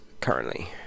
currently